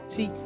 See